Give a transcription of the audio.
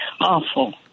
awful